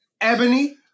ebony